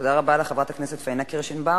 תודה רבה לחברת הכנסת פניה קירשנבאום.